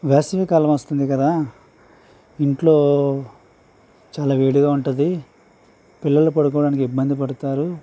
వేసవికాలం వస్తుంది కదా ఇంట్లో చాలా వేడిగా ఉంటుంది పిల్లలు పడుకోవడానికి ఇబ్బంది పడుతారు